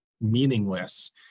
meaningless